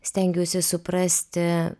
stengiuosi suprasti